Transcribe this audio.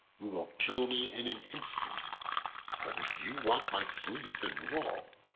who will kill me in an instant but if you want my fleece and wool,